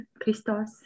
Christos